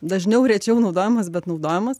dažniau rečiau naudojamos bet naudojamos